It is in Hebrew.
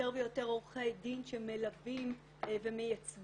יותר ויותר עורכי דין שמלווים ומייצגים,